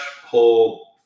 whole